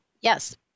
yes